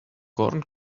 corn